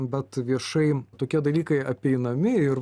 bet viešai tokie dalykai apeinami ir